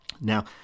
Now